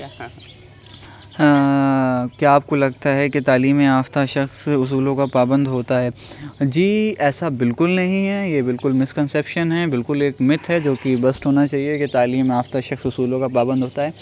کیا آپ کو لگتا ہے کہ تعلیم یافتہ شخص اصولوں کا پابند ہوتا ہے جی ایسا بالکل نہیں ہے یہ بالکل مس کنسپشن ہے بالکل ایک متھ ہے جو کہ ہونا چاہیے کہ تعلیم یافتہ شخص اصولوں کا پابند ہوتا ہے